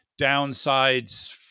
downsides